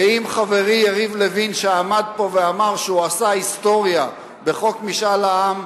ואם חברי יריב לוין שעמד פה ואמר שהוא עשה היסטוריה בחוק משאל העם,